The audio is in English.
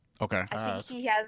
Okay